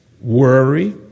worry